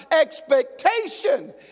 expectation